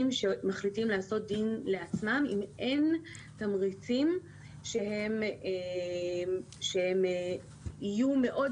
שמחליטים לעשות דין לעצמם אם אין תמריצים שהם יהיו מאוד